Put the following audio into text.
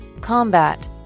Combat